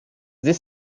dix